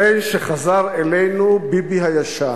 הרי שחזר אלינו ביבי הישן,